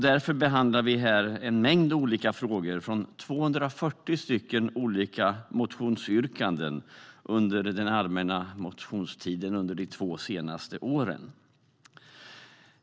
Därför behandlar vi här en mängd olika frågor från 240 olika motionsyrkanden från den allmänna motionstiden under de två senaste åren.